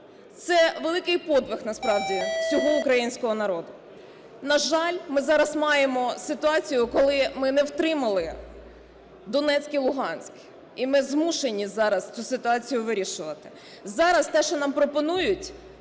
це великий подвиг насправді всього українського народу. На жаль, ми зараз маємо ситуацію, коли ми не втримали Донецьк і Луганськ. І ми змушені зараз цю ситуацію вирішувати. Зараз, те що нам пропонують,